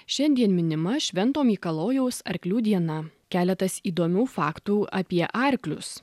šiandien minima švento mikalojaus arklių diena keletas įdomių faktų apie arklius